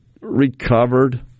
recovered